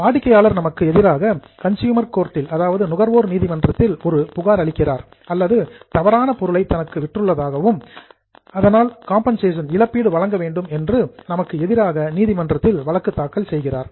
வாடிக்கையாளர் நமக்கு எதிராக கன்ஸ்யூமர் கோர்ட் நுகர்வோர் நீதிமன்றத்தில் ஒரு புகார் அளிக்கிறார் அல்லது தவறான பொருளை தனக்கு விற்றுள்ளதாகவும் அதனால் காம்பென்சேஷன் இழப்பீடு வழங்க வேண்டும் என்று நமக்கு எதிராக நீதிமன்றத்தில் வழக்கு தாக்கல் செய்கிறார்